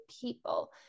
people